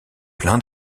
plein